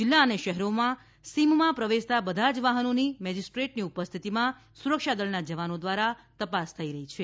જિલ્લા અને શહેરોની સીમામાં પ્રવેશતા બધા જ વાહનોની મેજીસ્ટ્રેટની ઉપસ્થિતિમાં સુરક્ષા દળના જવાનો દ્વારા તપાસ થઈ રહી છે